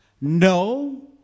no